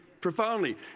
profoundly